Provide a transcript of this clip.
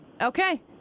Okay